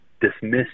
dismissed